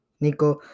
Nico